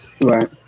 Right